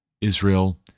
Israel